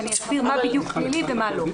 ואני אסביר מה בדיוק פלילי ומה לא.